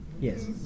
Yes